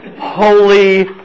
Holy